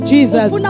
Jesus